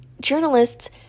journalists